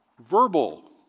Verbal